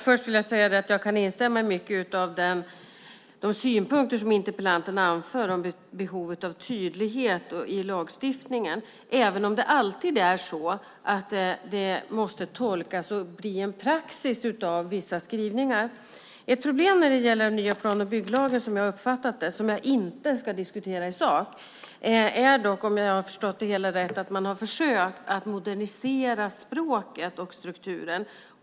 Fru talman! Jag kan instämma i många av de synpunkter som interpellanten anför om behovet av tydlighet i lagstiftningen, även om det alltid måste göras en tolkning och bli en praxis av vissa skrivningar. Ett problem när det gäller den nya plan och bygglagen, som jag inte ska diskutera i sak, är, om jag har förstått det hela rätt, att man har försökt att modernisera språket och strukturen.